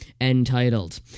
entitled